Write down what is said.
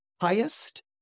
highest